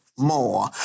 More